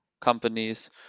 companies